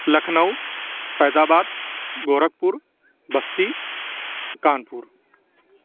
Lucknow Faizabad Gorakhpur Basti Kanpur